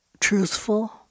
truthful